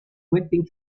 waiting